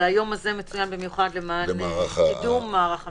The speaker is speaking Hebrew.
אבל היום הזה מצוין במיוחד למען קידום מערך מילואים.